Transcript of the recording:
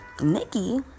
Nikki